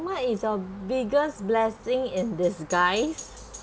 what is your biggest blessing in disguise